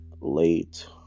late